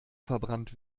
verbrannt